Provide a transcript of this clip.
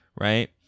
right